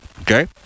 Okay